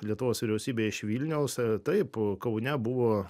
lietuvos vyriausybė iš vilniaus taip kaune buvo